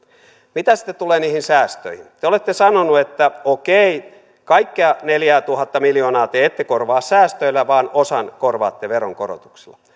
mitä sitten tulee niihin säästöihin te olette sanoneet että okei kaikkea neljäätuhatta miljoonaa te ette korvaa säästöillä vaan osan korvaatte veronkorotuksilla